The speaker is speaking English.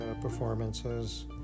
performances